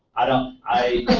i don't, i.